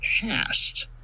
past